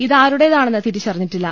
ഇതാരുടേതാണെന്ന് തിരിച്ചറിഞ്ഞിട്ടില്ല